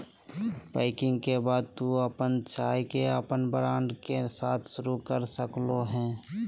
packing के बाद तू अपन चाय के अपन ब्रांड के साथ शुरू कर सक्ल्हो हें